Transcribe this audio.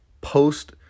post